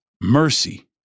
mercy